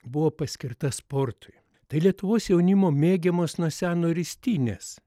buvo paskirta sportui tai lietuvos jaunimo mėgiamos nuo seno ristynės